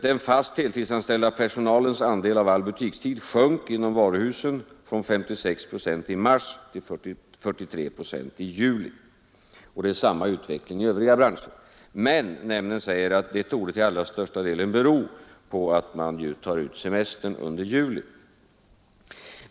Den fast heltidsanställda personalens andel av all butikstid sjönk inom varuhusen från 56 procent i mars till 43 procent i juli, och det var samma utveckling inom övriga branscher. Men nämnden säger att det torde till allra största delen bero på att man ju tar ut semestern under juli.